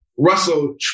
Russell